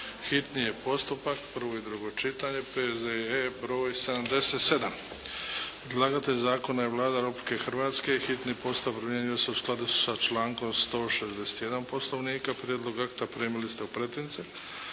hitni postupak, prvo i drugo čitanje, P.Z.E. br. 77 Predlagatelj zakona je Vlada Republike Hrvatske. Hitni postupak primjenjuje se u skladu sa člankom 161. Poslovnika. Prijedlog akta primili ste u pretince.